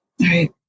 Right